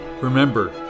Remember